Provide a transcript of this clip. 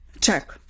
check